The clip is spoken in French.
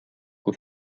aux